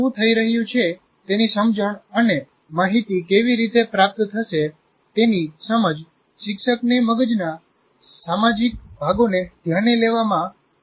શું થઈ રહ્યું છે તેની સમજણ અને માહિતી કેવી રીતે પ્રાપ્ત થશે તેની સમજ શિક્ષકને મગજના સામાજિક ભાગોને ધ્યાને લેવામાં બનાવવામાં મદદ કરશે